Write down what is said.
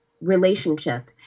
relationship